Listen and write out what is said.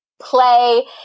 play